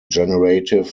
generative